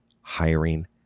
hiring